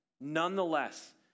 Nonetheless